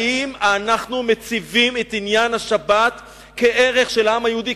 האם אנחנו מציבים את עניין השבת כערך של העם היהודי,